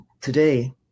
today